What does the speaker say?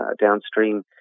downstream